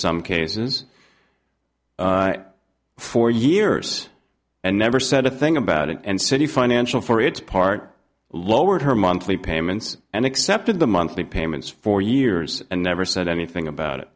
some cases for years and never said a thing about it and said you financial for its part lowered her monthly payments and accepted the monthly payments for years and never said anything about it